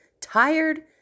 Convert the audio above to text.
tired